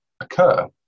occur